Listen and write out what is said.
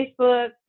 facebook